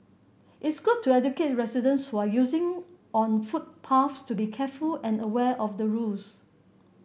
it's good to educate residents who are using on footpaths to be careful and aware of the rules